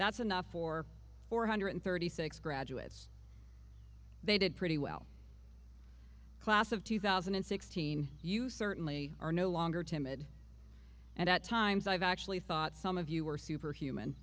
that's enough for four hundred thirty six graduates they did pretty well class of two thousand and sixteen you certainly are no longer timid and at times i've actually thought some of you were superhuman